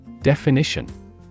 Definition